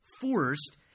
forced